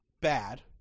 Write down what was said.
bad